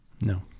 No